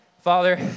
Father